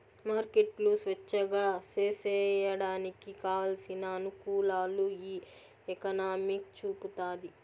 మార్కెట్లు స్వేచ్ఛగా సేసేయడానికి కావలసిన అనుకూలాలు ఈ ఎకనామిక్స్ చూపుతాది